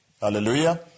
Hallelujah